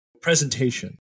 presentation